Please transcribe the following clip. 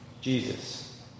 Jesus